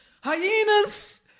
hyenas